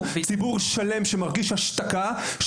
ציבור שלם שמרגיש השתקה,